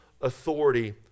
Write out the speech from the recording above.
authority